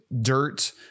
dirt